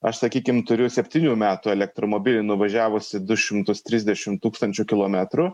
aš sakykim turiu septynių metų elektromobilį nuvažiavusį du šimtus trisdešim tūkstančių kilometrų